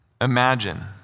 Imagine